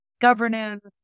governance